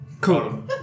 cool